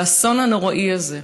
האסון הנוראי הזה,